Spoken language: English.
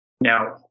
Now